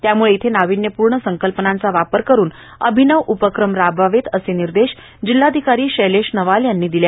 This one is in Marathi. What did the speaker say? त्यामुळे येथे नाविन्यपूर्ण संकल्पनांचा वापर करून अभिनव उपक्रम राबवावेत असे निर्देश जिल्हाधिकारी शैलेश नवाल यांनी दिले